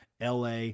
LA